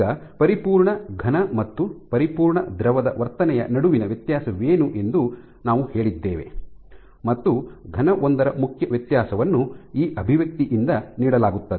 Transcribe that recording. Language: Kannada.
ಈಗ ಪರಿಪೂರ್ಣ ಘನ ಮತ್ತು ಪರಿಪೂರ್ಣ ದ್ರವದ ವರ್ತನೆಯ ನಡುವಿನ ವ್ಯತ್ಯಾಸವೇನು ಎಂದು ನಾವು ಹೇಳಿದ್ದೇವೆ ಮತ್ತು ಘನವೊಂದರ ಮುಖ್ಯ ವ್ಯತ್ಯಾಸವನ್ನು ಈ ಅಭಿವ್ಯಕ್ತಿಯಿಂದ ನೀಡಲಾಗುತ್ತದೆ